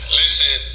listen